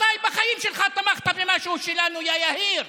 מתי בחיים שלך תמכת במשהו שלנו, יא יהיר?